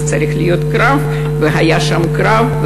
זה צריך להיות קרב והיה שם קרב,